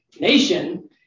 nation